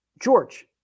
George